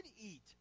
eat